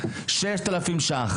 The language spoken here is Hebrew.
6,000 שקלים,